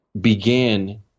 began